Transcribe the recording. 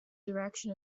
direction